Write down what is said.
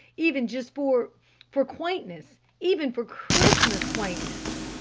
even just for for quaintness even for christmas quaintness!